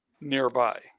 nearby